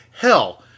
Hell